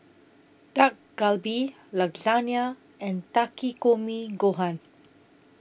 Dak Galbi Lasagne and Takikomi Gohan